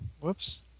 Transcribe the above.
Whoops